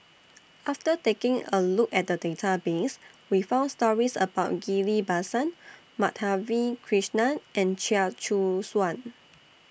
after taking A Look At The Database We found stories about Ghillie BaSan Madhavi Krishnan and Chia Choo Suan